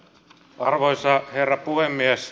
arvoisa herra puhemies